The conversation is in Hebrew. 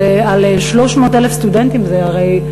אז על 300,000 סטודנטים זה הרי,